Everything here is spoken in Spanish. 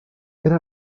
era